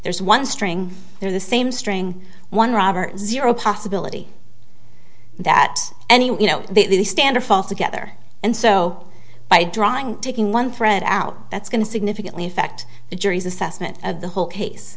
there's one string there the same string one robert zero possibility that any you know the standard fall together and so by drawing taking one thread out that's going to significantly affect the jury's assessment of the whole case